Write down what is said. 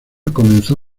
comenzó